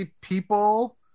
people